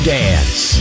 dance